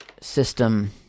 system